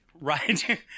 Right